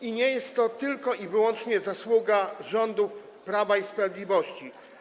I nie jest to tylko i wyłącznie zasługa rządów Prawa i Sprawiedliwości.